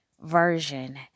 version